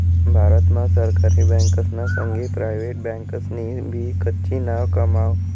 भारत मा सरकारी बँकासना संगे प्रायव्हेट बँकासनी भी गच्ची नाव कमाव